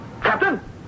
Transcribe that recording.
Captain